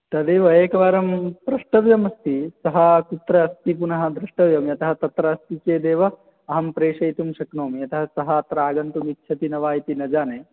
तदेव एकवारं पृष्टव्यमस्ति सः कुत्र अस्ति पुनः द्रष्टव्यं यतः तत्र अस्ति चेदेव अहं प्रेषयितुं शक्नोमि यतः सः अत्र आगन्तुम् इच्छति न वा न जाने